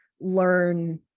learn